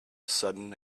sudden